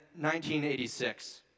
1986